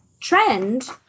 trend